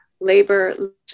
labor